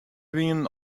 wienen